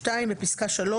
(2)בפסקה (3),